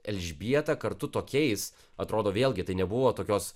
elžbieta kartu tokiais atrodo vėlgi tai nebuvo tokios